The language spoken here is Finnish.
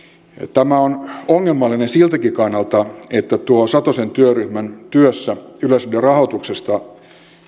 tämä on ongelmallinen siltäkin kannalta että satosen työryhmän työssä yleisradion rahoituksesta